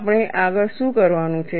આપણે આગળ શું કરવાનું છે